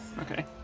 Okay